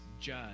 judge